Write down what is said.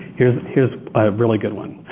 here's here's a really good one.